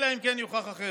אלא אם כן יוכח אחרת.